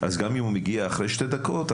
גם אם הוא מגיע אחרי שתי דקות,